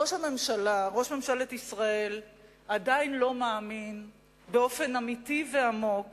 ראש ממשלת ישראל עדיין לא מאמין באופן אמיתי ועמוק